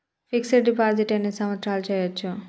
Fix డ్ deposit ఎన్ని సంవత్సరాలు చేయచ్చు?